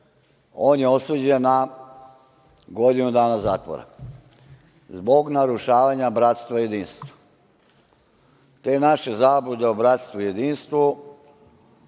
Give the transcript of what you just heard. on je osuđen na godinu dana zatvora zbog narušavanja bratstva i jedinstva. Te naše zablude o bratstvu i jedinstvu